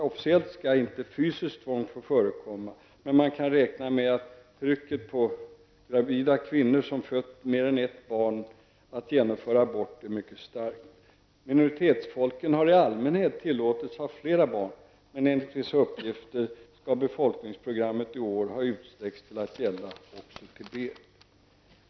Officiellt skall inte fysiskt tvång få förekomma, men man kan räkna med att trycket på gravida kvinnor som fött mer än ett barn att genomföra abort är mycket starkt. Minoritetsfolken har i allmänhet tillåtits ha flera barn, men enligt vissa uppgifter skall befolkningsprogrammet i år ha utsträckts till att gälla också Tibet.